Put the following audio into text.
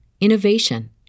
innovation